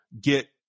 get